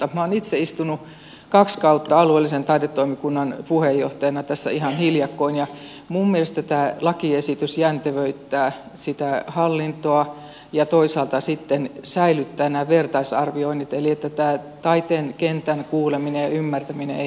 minä olen itse istunut kaksi kautta alueellisen taidetoimikunnan puheenjohtajana tässä ihan hiljakkoin ja minun mielestäni tämä lakiesitys jäntevöittää sitä hallintoa ja toisaalta sitten säilyttää nämä vertaisarvioinnit eli tämä taiteen kentän kuuleminen ja ymmärtäminen ei häviä mihinkään